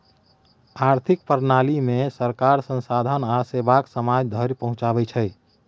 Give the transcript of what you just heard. आर्थिक प्रणालीमे सरकार संसाधन आ सेवाकेँ समाज धरि पहुंचाबै छै